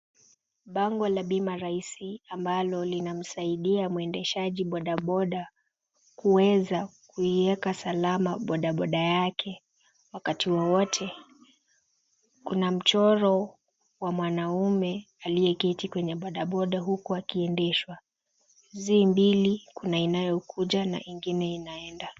Bango la bima raisi ambalo linamsaidia mwendeshaji bodaboda kuweza kuiweka salama bodaboda yake wakati wowote. Kuna mchoro wa mwanaume aliyeketi kwenye bodaboda huku akiendeshwa. Zii mbili, kuna inayokuja na ingine inaenda.